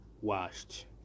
washed